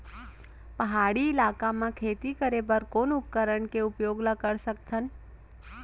पहाड़ी इलाका म खेती करें बर कोन उपकरण के उपयोग ल सकथे?